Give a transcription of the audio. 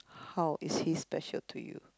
how is he special to you